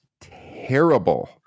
terrible